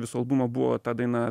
viso albumo buvo ta daina